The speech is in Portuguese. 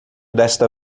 desta